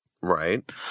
Right